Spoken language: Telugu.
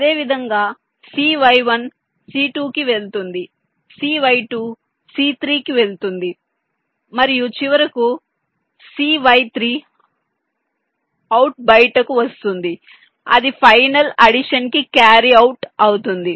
అదేవిధంగా CY1 C2 కి వెళుతుంది CY2 C3 కి వెళుతుంది మరియు చివరకు CY3 అవుట్ బయటకు వస్తుంది అది ఫైనల్ అడిషన్ కి క్యారీ అవుట్ అవుతుంది